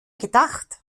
gedacht